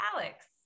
Alex